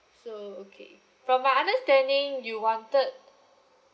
so okay from my understanding you wanted